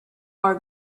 are